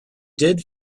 did